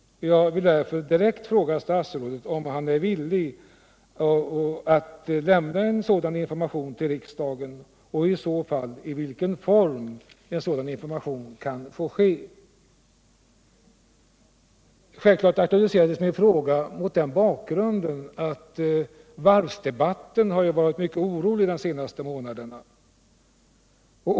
Jag vill därför direkt fråga om statsrådet är villig att lämna en sådan information till riksdagen och i så fall i vilken form en sådan information kan lämnas. Självklart aktualiserades min fråga mot bakgrund av att varvsdebatten varit mycket orolig under de senaste månaderna.